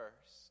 first